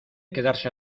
quedarse